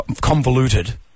convoluted